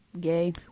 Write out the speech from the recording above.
Gay